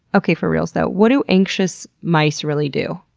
okay, for realz, though. what do anxious mice really do?